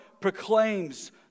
proclaims